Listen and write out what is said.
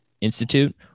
Institute